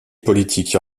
politique